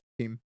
team